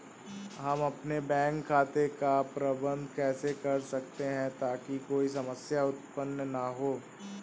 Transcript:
हम अपने बैंक खाते का प्रबंधन कैसे कर सकते हैं ताकि कोई समस्या उत्पन्न न हो?